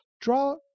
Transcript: Draw